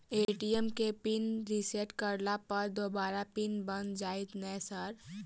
ATM केँ pin reset करला पर दोबारा पिन बन जाइत नै सर?